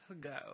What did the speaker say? go